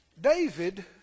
David